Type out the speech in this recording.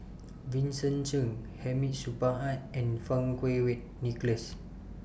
Vincent Cheng Hamid Supaat and Fang Kuo Wei Nicholas